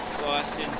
Boston